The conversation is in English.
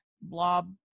blob